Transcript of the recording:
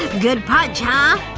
ah good punch, huh?